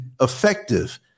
effective